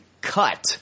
cut –